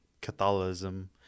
Catholicism